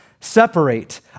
separate